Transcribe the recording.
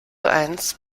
eins